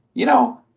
you know,